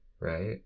right